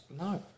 No